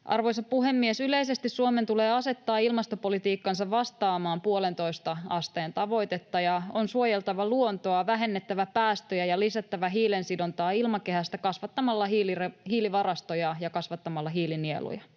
Arvoisa puhemies! Yleisesti Suomen tulee asettaa ilmastopolitiikkansa vastaamaan puolentoista asteen tavoitetta, ja on suojeltava luontoa, vähennettävä päästöjä ja lisättävä hiilensidontaa ilmakehästä kasvattamalla hiilivarastoja ja kasvattamalla hiilinieluja.